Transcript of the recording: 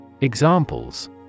Examples